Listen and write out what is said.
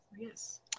yes